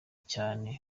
cyane